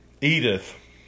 Edith